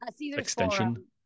extension